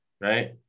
right